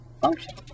function